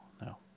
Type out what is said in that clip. no